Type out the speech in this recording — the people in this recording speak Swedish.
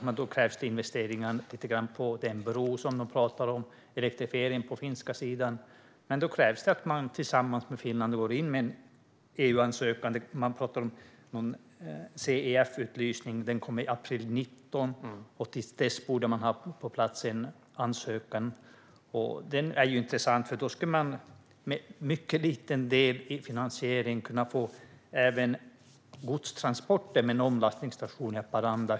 Detta kräver dock investeringar i den bro man talar om och i elektrifiering på den finska sidan. Då krävs att man tillsammans med Finland inger en EU-ansökan. Det talas om en CEF-utlysning som kommer i april 2019. Till dess borde man ha en ansökan på plats. Detta är intressant, för då skulle man med en mycket liten del i finansieringen även kunna få godstransporter med en omlastningsstation i Haparanda.